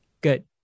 Good